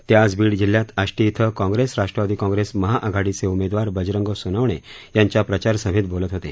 ते आज बीड जिल्ह्यात आष्टी इथं काँग्रेस राष्ट्रवादी काँग्रेस महाआघाडीचे उमेदवार बजरंग सोनवणे यांच्या प्रचार सभेत बोलत होते